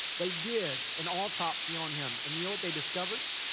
they did an autopsy on him. and you know what they discovered?